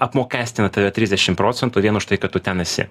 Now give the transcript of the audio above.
apmokestina tave trisdešim procentų vien už tai kad tu ten esi